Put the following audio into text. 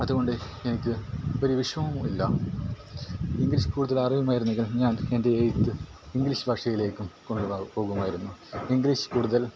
അതുകൊണ്ട് എനിക്ക് ഒരു വിഷമവും ഇല്ല ഇംഗ്ലീഷ് കൂടുതൽ അറിയുമായിരുന്നെങ്കിൽ ഞാൻ എൻ്റെ എഴുത്ത് ഇംഗ്ലീഷ് ഭാഷയിലേക്കും പോകുമായിരുന്നു ഇംഗ്ലീഷ് കൂടുതൽ